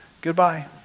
goodbye